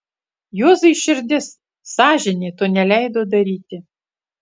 juozui širdis sąžinė to neleido daryti